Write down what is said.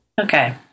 okay